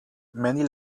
many